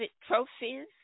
trophies